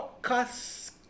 podcast